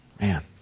Man